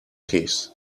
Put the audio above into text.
case